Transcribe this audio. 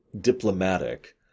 diplomatic